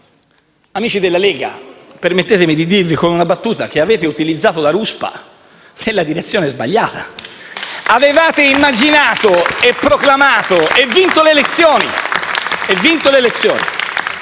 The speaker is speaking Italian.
Amici della Lega, permettetemi di dirvi con una battuta che avete utilizzato la ruspa nella direzione sbagliata! *(Applausi dal Gruppo PD)*. Avevate immaginato, proclamato e vinto le elezioni